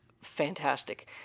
fantastic